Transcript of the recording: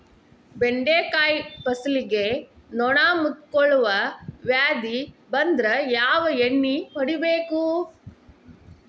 ಬೆಂಡೆಕಾಯ ಫಸಲಿಗೆ ನೊಣ ಮುತ್ತಿಕೊಳ್ಳುವ ವ್ಯಾಧಿ ಬಂದ್ರ ಯಾವ ಎಣ್ಣಿ ಹೊಡಿಯಬೇಕು?